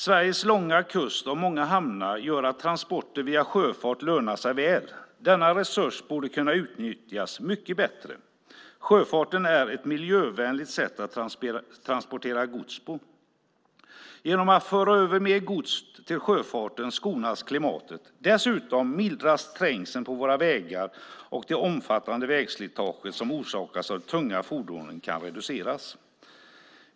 Sveriges långa kust och många hamnar gör att transporter med sjöfart lönar sig väl. Denna resurs borde kunna utnyttjas mycket bättre. Sjöfarten är ett miljövänligt sätt att transportera gods. Genom att föra över mer gods till sjöfarten skonas klimatet. Dessutom mildras trängseln på våra vägar, och det omfattande vägslitage som orsakas av tunga fordon kan reduceras.